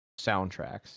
soundtracks